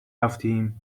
رفتیم